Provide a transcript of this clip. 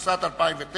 התשס"ט 2009,